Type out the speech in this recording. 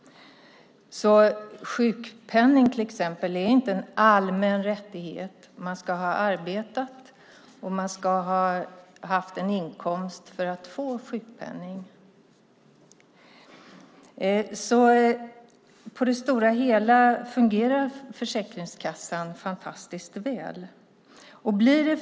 Sjukpenningen är till exempel inte en allmän rättighet. Man ska ha arbetat, och man ska ha haft en inkomst för att få sjukpenning. På det stora hela fungerar Försäkringskassan fantastiskt väl.